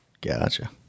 Gotcha